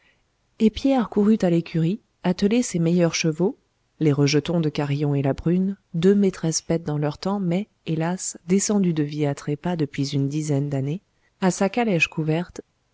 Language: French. et pierre courut à l'écurie atteler ses meilleurs chevaux les rejetons de carillon et la brune deux maîtresses bêtes dans leur temps mais hélas descendues de vie à trépas depuis une dizaine dannées à sa calèche couverte